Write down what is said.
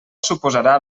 suposarà